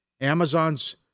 Amazon's